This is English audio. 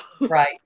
Right